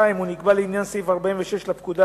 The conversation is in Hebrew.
2. הוא נקבע לעניין סעיף 46 לפקודה,